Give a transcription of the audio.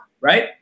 right